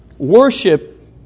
Worship